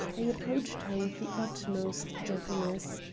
i approached her with the utmost gentleness.